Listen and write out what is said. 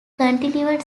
continued